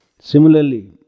Similarly